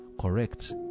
correct